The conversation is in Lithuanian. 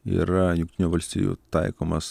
yra jungtinių valstijų taikomas